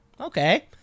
Okay